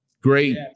Great